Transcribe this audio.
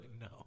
No